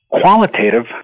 qualitative